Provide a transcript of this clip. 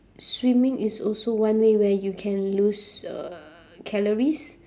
swimming is also one way where you can lose uh calories